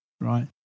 right